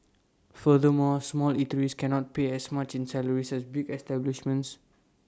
furthermore small eateries cannot pay as much in salaries as bigger establishments